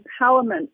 Empowerment